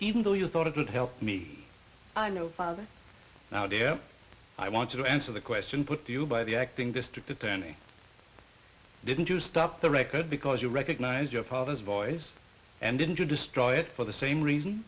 even though you thought it would help me i know now dia i want to answer the question put to you by the acting district attorney didn't you stop the record because you recognize your father's voice and didn't to destroy it for the same reason